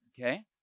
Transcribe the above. Okay